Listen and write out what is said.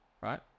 right